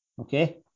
Okay